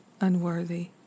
unworthy